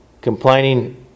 Complaining